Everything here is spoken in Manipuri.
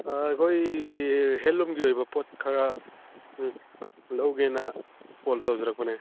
ꯑꯥ ꯑꯩꯈꯣꯏꯒꯤ ꯍꯦꯟꯂꯨꯝꯒꯤ ꯑꯣꯏꯕ ꯄꯣꯠ ꯈꯔ ꯎꯝ ꯂꯧꯒꯦꯅ ꯀꯣꯜ ꯇꯧꯖꯔꯛꯄꯅꯦ